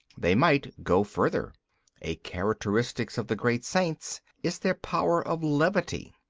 they might go further a characteristic of the great saints is their power of levity.